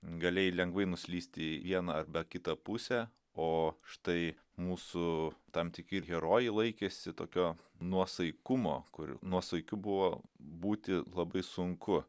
galėjai lengvai nuslysti į vieną arba kitą pusę o štai mūsų tam tikri ir herojai laikėsi tokio nuosaikumo kur nuosaikiu buvo būti labai sunku